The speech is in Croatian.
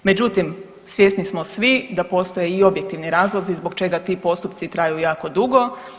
Međutim, svjesni smo svi da postoje i objektivni razlozi zbog čega ti postupci traju jako dugo.